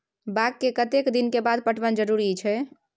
बाग के कतेक दिन के बाद पटवन जरूरी छै?